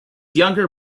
younger